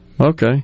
Okay